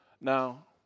Now